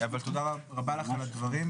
אבל תודה רבה לך על הדברים.